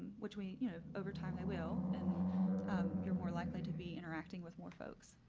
which we you know, over time, they will and you're more likely to be interacting with more folks.